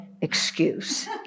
excuse